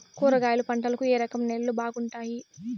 కూరగాయల పంటలకు ఏ రకం నేలలు బాగుంటాయి?